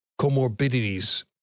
comorbidities